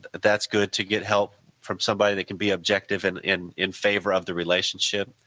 that's good to get help from somebody that can be objective and in in favor of the relationship.